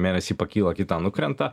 mėnesį pakyla kitą nukrenta